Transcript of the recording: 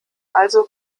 also